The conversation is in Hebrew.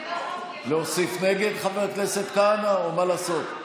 להוסיף נגד, חבר הכנסת כהנא, או מה לעשות?